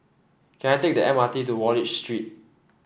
can I take the M R T to Wallich Street